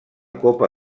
copa